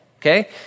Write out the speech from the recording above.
Okay